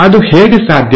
ಅದು ಹೇಗೆ ಸಾಧ್ಯ